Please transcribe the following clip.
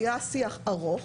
היה שיח ארוך.